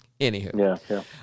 anywho